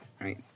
right